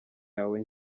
yawe